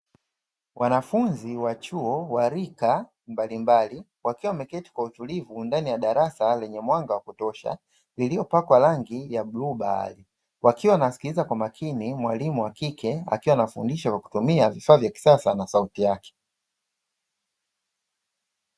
Wanafunzi wa chuo wa rika mbalimbali wakiwa wameketi kwa utulivu ndani ya darasa lenye mwanga wa kutosha viliopakwa rangi ya bluu bahari, wakiwa wanasikiliza kwa makini mwalimu wa kike akiwa anafundisha kwa kutumia vifaa vya kisasa na sauti yake.